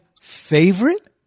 favorite